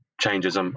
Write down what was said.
changes